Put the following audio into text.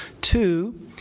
Two